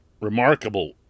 remarkable